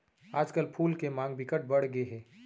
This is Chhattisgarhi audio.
आजकल फूल के मांग बिकट बड़ गे हे